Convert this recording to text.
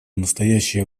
настоящее